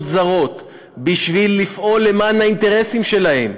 זרות בשביל לפעול למען האינטרסים שלהן,